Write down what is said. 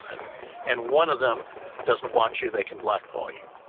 it and one of them doesn't want you, they can blackball you,